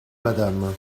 madame